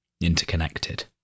interconnected